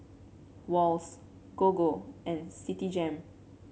Wall's Gogo and Citigem